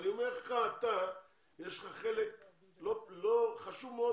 אני אומר לך, יש לך חלק חשוב מאוד